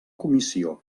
comissió